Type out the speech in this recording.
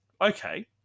okay